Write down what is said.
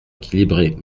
équilibrées